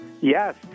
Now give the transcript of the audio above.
Yes